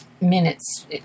minutes